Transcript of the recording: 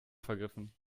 vergriffen